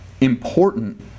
important